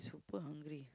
super hungry